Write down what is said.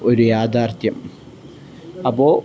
ഒരു യാഥാർത്ഥ്യം അപ്പോള്